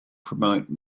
promote